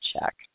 check